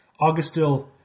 Augustil